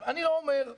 ואני לא אומר,